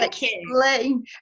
explain